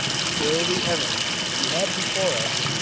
still the evidence we had before us,